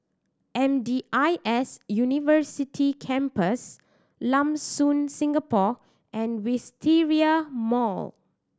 M D I S University Campus Lam Soon Singapore and Wisteria Mall